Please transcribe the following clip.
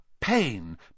pain